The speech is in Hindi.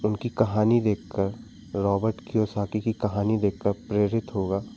उनकी कहानी देखकर रोबर्ट क्यूसाकी की कहानी देखकर प्रेरित होगा